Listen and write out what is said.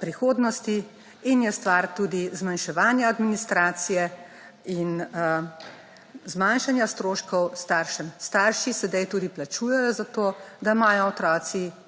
prihodnosti in je stvar tudi zmanjševanja administracije iz manjšanja stroškov staršem. Starši sedaj tudi plačujejo za to, da imajo otroci podatke